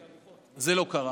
זה לא קרה